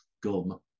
gum